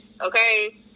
okay